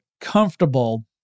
comfortable